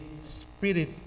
spirit